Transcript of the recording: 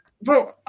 bro